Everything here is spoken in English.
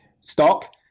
stock